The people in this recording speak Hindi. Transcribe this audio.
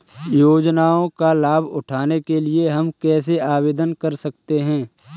योजनाओं का लाभ उठाने के लिए हम कैसे आवेदन कर सकते हैं?